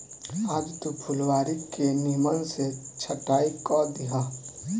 आज तू फुलवारी के निमन से छटाई कअ दिहअ